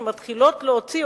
שמתחילות להוציא,